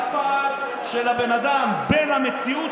תבין את הפער של הבן אדם בין המציאות